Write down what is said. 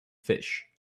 fish